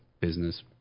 business